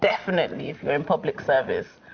definitely if you're in public service,